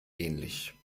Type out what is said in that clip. ähnlich